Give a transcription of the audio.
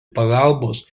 pagalbos